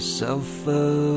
suffer